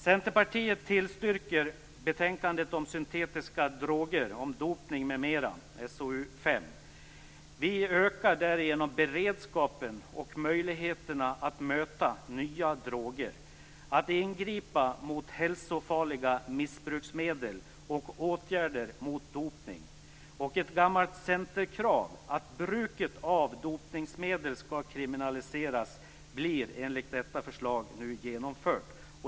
Centerpartiet tillstyrker betänkandet om syntetiska droger, dopning m.m., SoU5. Vi ökar beredskapen och möjligheterna att möta nya droger, ingripa mot hälsofarliga missbruksmedel och att tillgripa åtgärder mot dopning. Ett gammalt centerkrav, att bruket av dopningsmedel skall kriminaliseras, blir enligt detta förslag genomfört.